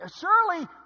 surely